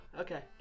Okay